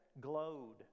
glowed